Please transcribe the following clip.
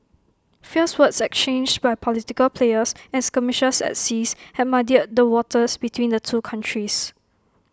fierce words exchanged by political players and skirmishes at seas had muddied the waters between the two countries